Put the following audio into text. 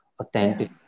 Authentic